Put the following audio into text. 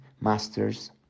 masters